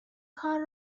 کار